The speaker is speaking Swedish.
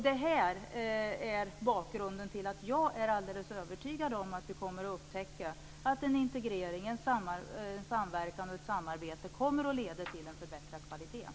Detta är bakgrunden till att jag är alldeles övertygad om att vi kommer att upptäcka att en integrering, en samverkan och ett samarbete, kommer att leda till en förbättrad kvalitet.